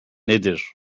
nedir